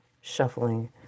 shuffling